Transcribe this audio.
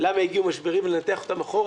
למה הגיעו משברים ולנתח אותם אחורה.